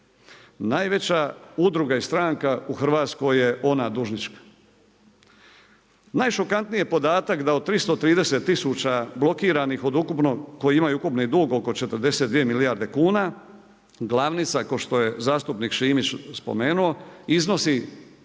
Najveća udruga i stranka u Hrvatskoj je ona dužnička. Najšokantniji podatak da od 330 tisuća blokiranih koji imaju ukupni dug oko 42 milijarde kuna, glavnica kao što je zastupnik Šimić spomenuo, iznosi